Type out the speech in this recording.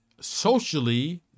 socially